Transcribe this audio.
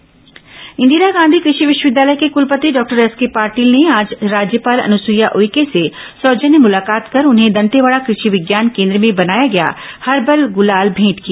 राज्यपाल मुलाकात इंदिरा गांधी कृषि विश्वविद्यालय के कुलपति डॉक्टर एसके पाटील ने आज राज्यपाल अनुसुईया उइके से सौजन्य मुलाकात कर उन्हें दंतेवाड़ा कृषि विज्ञान केन्द्र में बनाया गया हर्बल गुलाल भेंट किया